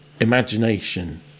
imagination